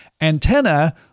Antenna